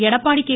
Edappadi K